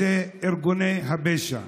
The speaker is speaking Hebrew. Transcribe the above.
אלו ארגוני הפשע.